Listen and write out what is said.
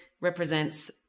represents